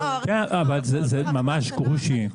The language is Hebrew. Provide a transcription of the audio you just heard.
אבל זה ממש גרושים.